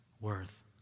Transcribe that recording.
worth